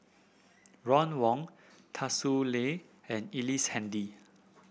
Ron Wong Tsung Yeh and Ellice Handy